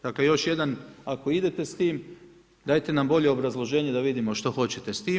Dakle, još jedan ako idete s tim dajte nam bolje obrazloženje da vidimo što hoćete s tim.